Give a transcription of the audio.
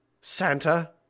Santa